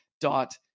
dot